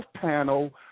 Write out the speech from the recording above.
panel